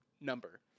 number